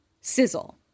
sizzle